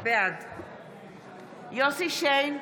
בעד יוסף שיין,